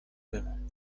بمون